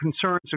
concerns